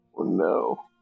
no